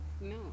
No